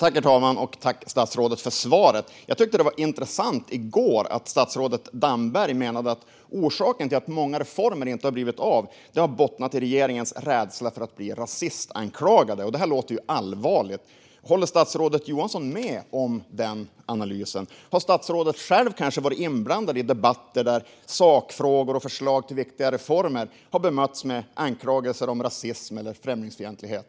Herr talman! Tack, statsrådet, för svaret! Det var intressant att statsrådet Damberg i går menade att orsaken till att många reformer inte har blivit av bottnar i regeringens rädsla för att bli rasistanklagade. Det låter allvarligt. Håller statsrådet Johansson med om den analysen? Har statsrådet själv varit inblandad i debatter där sakfrågor och förslag på viktiga reformer har bemötts med anklagelser om rasism och främlingsfientlighet?